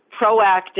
proactive